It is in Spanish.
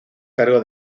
cargo